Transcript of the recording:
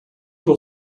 will